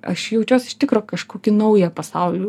aš jaučiuos iš tikro kažkokį naują pasaulį